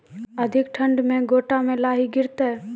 अधिक ठंड मे गोटा मे लाही गिरते?